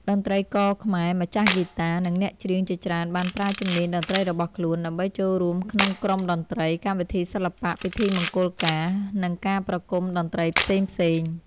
តន្ត្រីករខ្មែរ ម្ចាស់ហ្គីតា និងអ្នកច្រៀងជាច្រើនបានប្រើជំនាញតន្ត្រីរបស់ខ្លួន ដើម្បីចូលរួមក្នុងក្រុមតន្ត្រី កម្មវិធីសិល្បៈ ពិធីមង្គលការ និងការប្រគំតន្ត្រីផ្សេងៗ។